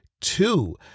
Two